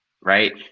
right